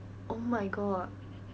oh my god